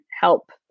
help